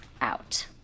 out